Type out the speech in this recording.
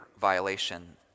violation